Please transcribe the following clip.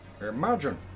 Imagine